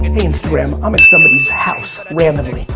hey instagram, i'm in somebody's house randomly.